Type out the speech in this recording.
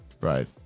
right